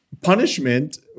punishment